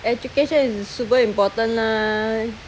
education is super important mah